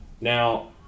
Now